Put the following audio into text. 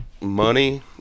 money